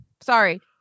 Sorry